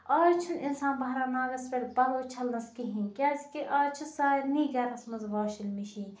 آز چھُنہٕ اِنسان بَہران ناگَس پٮ۪ٹھ پَلَو چھَلنَس کِہیٖنۍ کیازکہِ آز چھِ سارنٕے گَرَس مَنٛز واشَنٛگ مِشیٖن